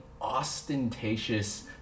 ostentatious